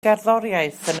gerddoriaeth